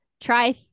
try